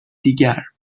دیگر